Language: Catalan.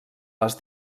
les